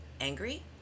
angry